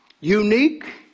unique